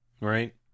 Right